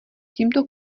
tímto